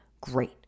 great